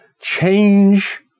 change